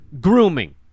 grooming